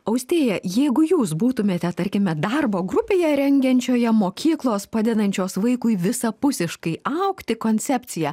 austėja jeigu jūs būtumėte tarkime darbo grupėje rengiančioje mokyklos padedančios vaikui visapusiškai augti koncepciją